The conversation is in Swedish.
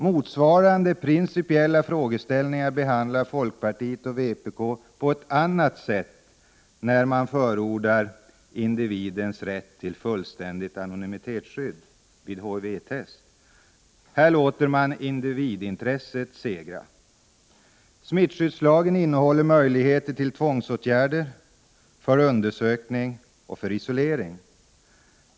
Motsvarande principiella frågeställningar behandlar folkpartiet och vpk på ett annat sätt, när de förordar individens rätt till fullständigt anonymitetsskydd vid HIV-test. Här låter man individintresset segra. Smittskyddslagen innehåller möjligheter till tvångsåtgärder — för undersökning och för isolering.